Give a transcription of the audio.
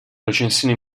recensioni